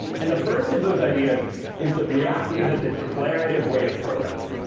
and the first of those ideas is that react is a declarative way of programming.